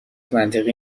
منطقی